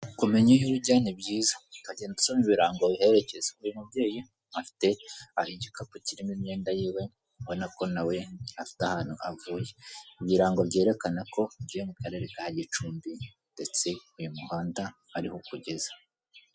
Kumenya iyo ujyanya byiza ukagenda usoma ibirango biherekeza, uyu mubyeyi afite hari igikapu kirimo imyenda yiwe ubona ko nawe afite ahantu avuye ibirango byerekane ko ugiye mu karere ka gicumbi ndetse uyu muhanda ariho ukugeza.